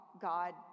God